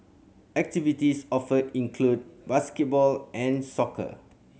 activities offered include basketball and soccer